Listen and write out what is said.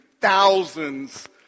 thousands